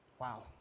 wow